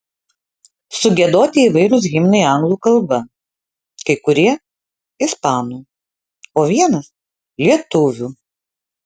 sugiedoti įvairūs himnai anglų kalba kai kurie ispanų o vienas lietuvių